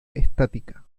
estática